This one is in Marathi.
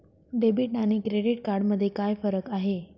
डेबिट आणि क्रेडिट कार्ड मध्ये काय फरक आहे?